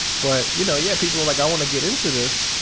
but you know, yeah, people are like, i want to get into this.